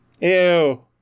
Ew